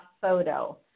photo